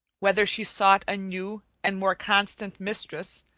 whether she sought a new and more constant mistress,